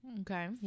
okay